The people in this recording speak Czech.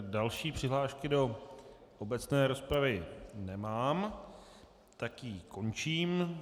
Další přihlášky do obecné rozpravy nemám, tak ji končím.